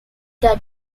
that